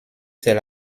c’est